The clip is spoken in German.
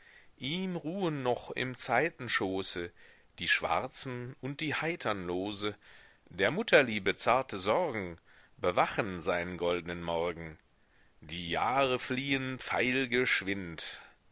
ihm ruhen noch im zeitenschoße die schwarzen und die heitern lose der mutterliebe zarte sorgen bewachen seinen goldnen morgen die jahre fliehen